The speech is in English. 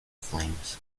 flames